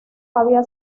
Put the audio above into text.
había